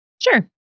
Sure